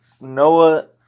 Noah